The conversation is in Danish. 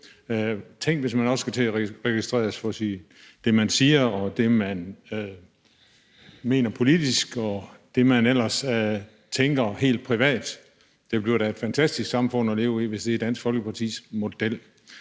Tænk, hvis man også skal til at registreres for det, man siger, det, man mener politisk, og det, man ellers tænker helt privat. Det bliver da et fantastisk samfund at leve i, hvis det er Dansk Folkepartis model.